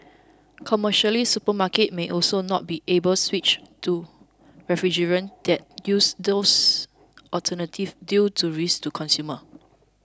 commercially supermarkets may also not be able switch to refrigerants that use those alternatives due to risks to consumers